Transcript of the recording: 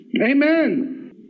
Amen